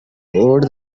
over